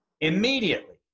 Immediately